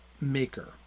maker